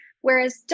Whereas